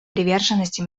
приверженности